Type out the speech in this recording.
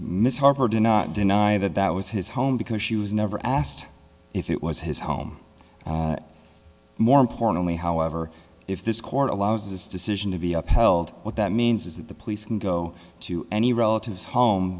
miss harper did not deny that that was his home because she was never asked if it was his home and more importantly however if this court allows this decision to be upheld what that means is that the police can go to any relative's home